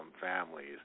families